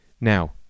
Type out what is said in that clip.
Now